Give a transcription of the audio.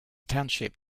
township